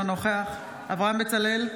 אינו נוכח אברהם בצלאל,